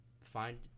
find